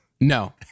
No